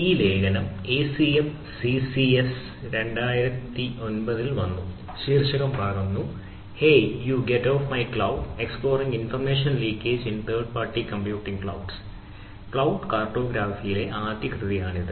ഈ ലേഖനം ACM CCS ആദ്യ കൃതിയാണ് ഇത്